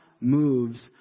moves